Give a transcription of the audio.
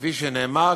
כפי שכבר נאמר,